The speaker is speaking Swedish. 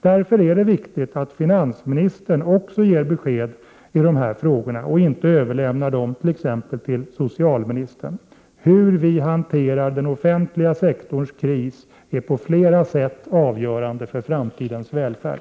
Därför är det viktigt att finansministern också ger besked i de här frågorna och inte överlämnar dem exempelvis till socialministern. Hur vi hanterar den offentliga sektorns kris är på flera sätt avgörande för framtidens välfärd.